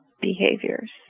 behaviors